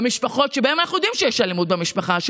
במשפחות שבהן אנחנו יודעים שיש אלימות במשפחה,